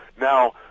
Now